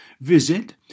Visit